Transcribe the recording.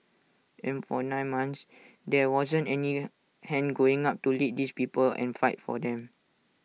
and for nine months there wasn't any hand going up to lead these people and fight for them